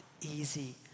easy